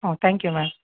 ಹ್ಞೂ thank you ma'am